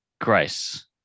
Grace